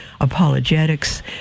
apologetics